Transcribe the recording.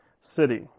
city